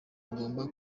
agomba